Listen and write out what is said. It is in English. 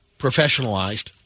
professionalized